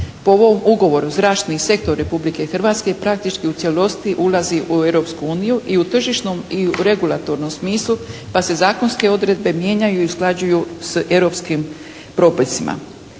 Po ovom ugovoru zračni sektor Republike Hrvatske praktički u cijelosti ulazi u Europsku uniju i u tržišnom i u regulatornom smislu pa se zakonske odredbe mijenjaju i usklađuju s europskim propisima.